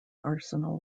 arsenal